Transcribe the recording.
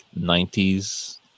90s